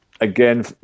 again